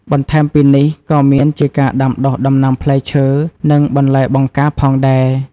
បន្ថែមពីនេះ ក៏មានជាការដាំដុះដំណាំផ្លែឈើ និងបន្លែបង្ការផងដែរ។